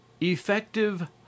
Effective